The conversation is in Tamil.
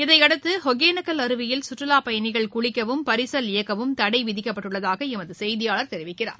இதையடுத்து ஒகேனக்கல் அருவியில் சுற்றுலாப் பயணிகள் குளிக்கவும் பரிசல் இயக்கவும் தடை விதிக்கப்பட்டுள்ளதாக எமது செய்தியாளர் தெரிவிக்கிறார்